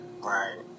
Right